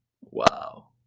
Wow